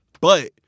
But-